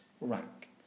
rank